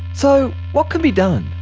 so what can be done?